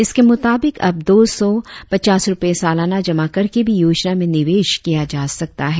इसके मुताबिक अब दो सौ पचास रुपये सालाना जमा करके भी योजना में निवेश किया जा सकता है